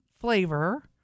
Flavor